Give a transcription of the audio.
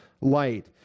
light